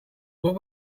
what